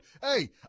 hey